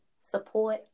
support